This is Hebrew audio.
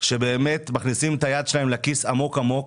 שבאמת מכניסים את היד שלהם לכיס עמוק-עמוק